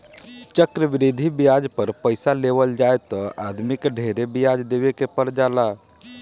चक्रवृद्धि ब्याज पर पइसा लेवल जाए त आदमी के ढेरे ब्याज देवे के पर जाला